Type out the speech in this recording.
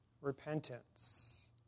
repentance